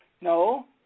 No